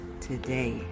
today